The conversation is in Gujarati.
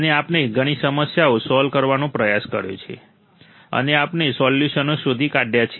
અને આપણે ઘણી સમસ્યાઓ સોલ્વ કરવાનો પ્રયાસ કર્યો છે અને આપણે સોલ્યુશનો શોધી કાઢ્યા છે